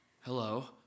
Hello